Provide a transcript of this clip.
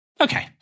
Okay